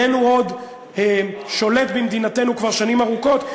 איננו שולט במדינתנו כבר שנים ארוכות,